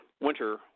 winter